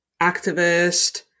activist